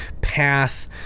path